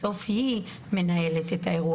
בסוף הוא מנהלת את האירוע.